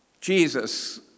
Jesus